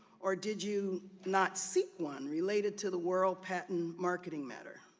or did you not seek one related to the world patton marketing matter?